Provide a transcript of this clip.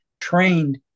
trained